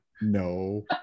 No